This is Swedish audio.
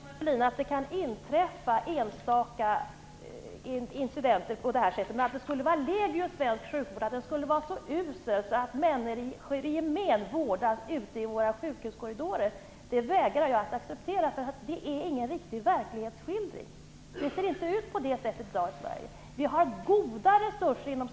Herr talman! Jag förnekar inte att det kan inträffa enstaka incidenter, Thomas Julin, men att det skulle vara legio i svensk sjukvård - att den skulle vara så usel att människor i gemen vårdas ute i våra sjukhuskorridorer - vägrar jag att acceptera. Det är ingen riktig verklighetsskildring. Det ser inte ut på det sättet i Sverige i dag.